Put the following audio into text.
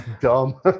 dumb